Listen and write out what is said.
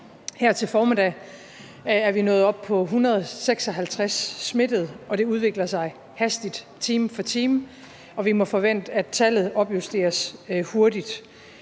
Her til formiddag er vi nået op på 156 smittede, og det udvikler sig hastigt time for time, og vi må forvente, at tallet opjusteres hurtigt.